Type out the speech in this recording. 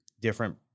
different